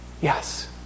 Yes